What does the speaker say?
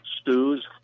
stews